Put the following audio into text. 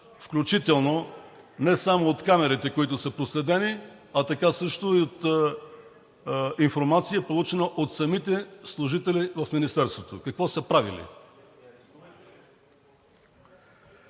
включително не само от камерите, които са проследени, а така също и от информация, получена от самите служители в Министерството, какво са правили.